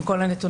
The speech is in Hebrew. עם כל הנתונים,